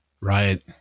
Right